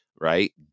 right